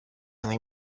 only